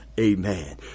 Amen